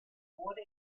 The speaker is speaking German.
wurde